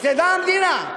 שתדע המדינה,